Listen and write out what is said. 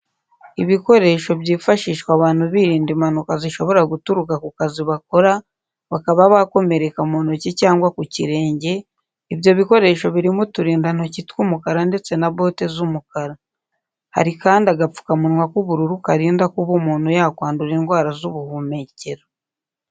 Ibikoresho byifashishwa abantu birinda impanuka zishobora guturuka ku kazi bakora bakaba bakomereka mu ntoki cyangwa ku kirenge, ibyo bikoresho birimo uturindantoki tw'umukara ndetse na bote z'umukara. Hari kandi agapfukamunwa k'ubururu karinda kuba umuntu yakwandura indwara z'ubuhumekero.